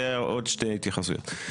עוד שתי התייחסויות: